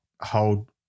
hold